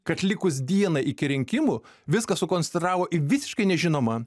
kad likus dienai iki rinkimų viską sukonstravo į visiškai nežinomą